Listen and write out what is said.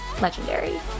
legendary